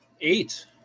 Eight